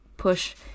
push